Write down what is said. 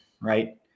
right